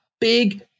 Big